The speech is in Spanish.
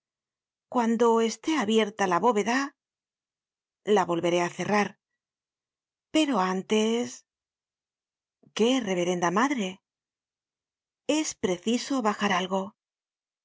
cuando esté abierta la bóveda la volveré á cerrar pero antes qué reverenda madre es preciso bajar algo